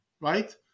right